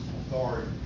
Authority